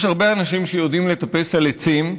יש הרבה אנשים שיודעים לטפס על עצים,